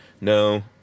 No